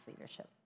leadership